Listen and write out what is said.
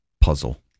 puzzle